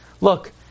look